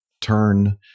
turn